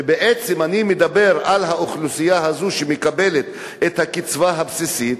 ובעצם אני מדבר על האוכלוסייה הזאת שמקבלת את הקצבה הבסיסית.